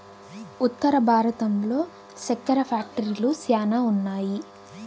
ఉత్తర భారతంలో సెక్కెర ఫ్యాక్టరీలు శ్యానా ఉన్నాయి